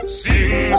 sing